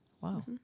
Wow